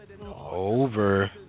Over